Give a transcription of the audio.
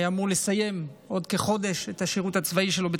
והיה אמור לסיים בעוד כחודש את השירות הצבאי שלו בצנחנים.